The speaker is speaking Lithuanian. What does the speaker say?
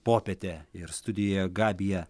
popietė ir studijoje gabija